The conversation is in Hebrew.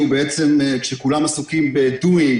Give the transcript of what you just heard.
כשכולם עסוקים בעשייה,